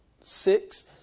six